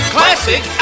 Classic